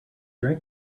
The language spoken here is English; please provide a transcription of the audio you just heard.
drank